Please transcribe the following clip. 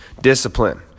Discipline